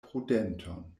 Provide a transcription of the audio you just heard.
prudenton